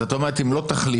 זאת אומרת אם לא תחליטו,